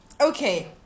okay